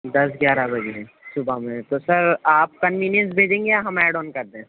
دس گیارہ بجے صبح میں تو سر آپ کنوینئنس بھیجیں گے یا ہم ایڈ آن کردیں